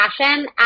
passion